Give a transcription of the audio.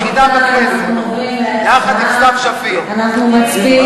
לציבור שאנחנו,